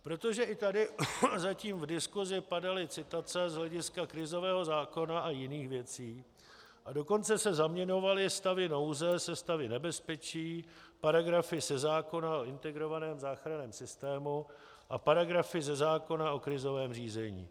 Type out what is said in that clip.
Protože i tady zatím v diskusi padaly citace z hlediska krizového zákona a jiných věcí, a dokonce se zaměňovaly stavy nouze se stavy nebezpečí, paragrafy ze zákona o integrovaném záchranném systému a paragrafy ze zákona o krizovém řízení.